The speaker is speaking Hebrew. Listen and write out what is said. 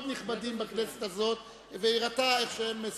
נכבדים בכנסת הזאת והראתה איך הם משוחחים,